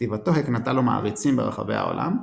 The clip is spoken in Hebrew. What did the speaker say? כתיבתו הקנתה לו מעריצים ברחבי העולם,